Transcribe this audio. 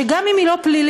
שגם אם היא לא פלילית,